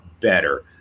better